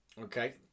Okay